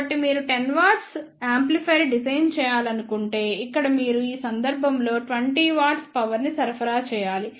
కాబట్టి మీరు 10 W amplifier design చేయాలనుకుంటే ఇక్కడ మీరు ఈ సందర్భంలో 20 W పవర్ ని సరఫరా చేయాలి